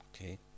Okay